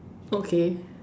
okay